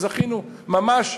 זכינו ממש,